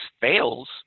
fails